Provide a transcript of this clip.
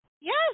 Yes